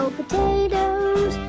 potatoes